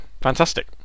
Fantastic